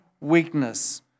weakness